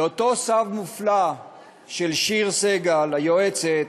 ואותו סב מופלא של שיר סגל, היועצת,